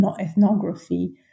ethnography